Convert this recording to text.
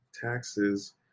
taxes